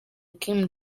kim